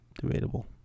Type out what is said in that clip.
debatable